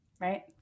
right